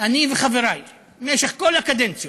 אני וחברי, במשך כל הקדנציות,